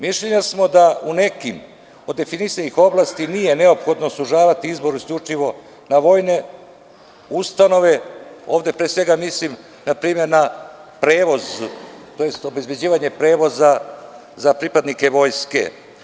Mišljenja smo da u nekim od definisanih oblasti nije neophodno sužavati izbor isključivo na vojne ustanove, a ovde pre svega mislim na prevoz tj. obezbeđivanje prevoza za pripadnike Vojske.